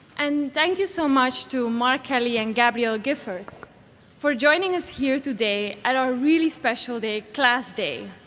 and thank you so much to mark kelly and gabrielle giffords for joining us here today at our really special day, class day.